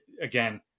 Again